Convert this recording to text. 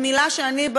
מילה שאני,